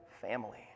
family